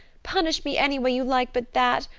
punish me any way you like but that.